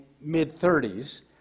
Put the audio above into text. mid-30s